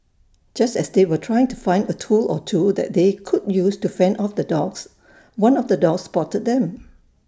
just as they were trying to find A tool or two that they could use to fend off the dogs one of the dogs spotted them